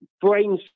brain